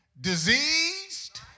diseased